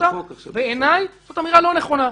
בעיניי,